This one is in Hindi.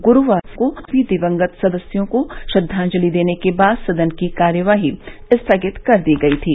गुरूवार को भी दिवंगत सदस्यों को श्रद्वांजलि देने के बाद सदन की कार्यवाही स्थगित कर दी गई थी